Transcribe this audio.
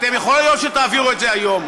יכול להיות שתעבירו את זה היום,